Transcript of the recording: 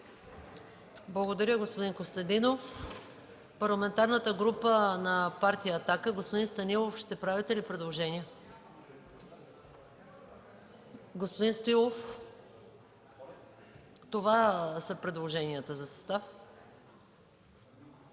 Благодаря, господин Костадинов. Парламентарната група на Партия „Атака”. Господин Станилов, ще правите ли предложения? Това са предложенията за състава.